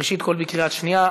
ראשית בקריאה שנייה,